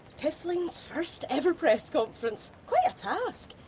piffling's first ever press conference! quite a task!